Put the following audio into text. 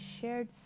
shared